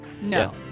No